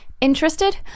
Interested